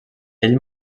ell